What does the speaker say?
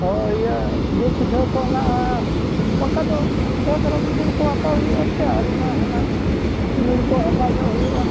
ᱦᱳᱭ ᱤᱭᱟᱹ ᱜᱩᱲ ᱯᱤᱴᱷᱟᱹ ᱠᱚ ᱦᱮᱱᱟᱜᱼᱟ ᱚᱱᱠᱟ ᱫᱚ ᱰᱷᱮᱹᱨ ᱫᱷᱟᱨᱮ ᱜᱩᱲ ᱠᱚ ᱦᱟᱛᱟᱣ ᱦᱩᱭᱩᱜᱼᱟ ᱟᱨ ᱚᱱᱟ ᱦᱚᱸ ᱱᱟᱦᱟᱜ ᱪᱤᱱᱤ ᱠᱚ ᱦᱟᱛᱟᱣ ᱧᱚᱜ ᱦᱩᱭᱩᱜᱼᱟ